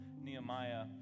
Nehemiah